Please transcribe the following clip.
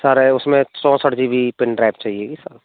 sir उसमें चौसठ G B pen drive चाहिए गी सर